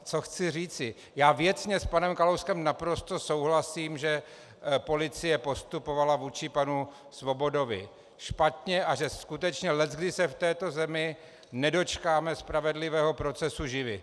Co chci říci, věcně s panem Kalouskem naprosto souhlasím, že policie postupovala vůči panu Svobodovi špatně a že se skutečně leckdy v této zemi nedočkáme spravedlivého procesu živi.